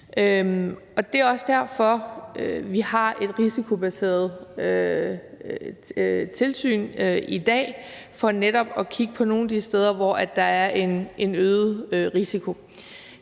Det er også derfor, vi har et risikobaseret tilsyn i dag, altså for netop at kigge på nogle af de steder, hvor der er en øget risiko.